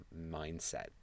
mindset